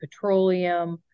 Petroleum